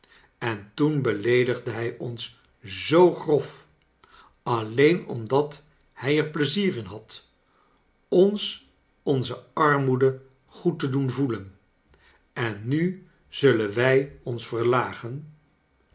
en toen beleedigde hij ons zoo grof alleen omdat hij cr plezier in had ons onze armoede goed to doen voelon en nu zullen wij ons verlagen